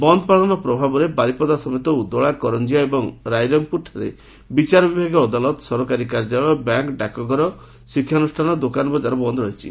ବନ୍ଦ ପାଳନ ପ୍ରଭାବରେ ବାରିପଦା ସମେତ ଉଦଳା କରଞିଆ ଏବଂ ରାଇରଙ୍ଗପୁରଠାରେ ବିଚାର ବିଭାଗୀୟ ଅଦାଲତ ସରକାରୀ କାର୍ଯ୍ୟାଳୟ ବ୍ୟାଙ୍କ ଡାକଘର ଶିକ୍ଷାନୁଷ୍ଠାନ ଦୋକାନ ବକାର ବନ୍ଦ ରହିଛି